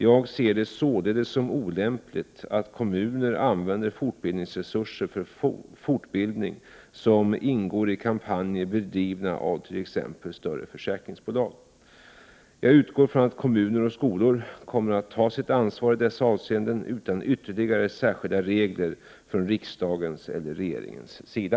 Jag ser det således som olämpligt att kommuner använder fortbildningsresurser för fortbildning som ingår i kampanjer bedrivna av t.ex. större försäkringsbolag. Jag utgår från att kommuner och skolor kommer att ta sitt ansvar i dessa avseenden utan ytterligare särskilda regler från riksdagens eller regeringens sida.